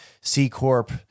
C-Corp